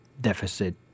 deficit